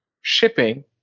shipping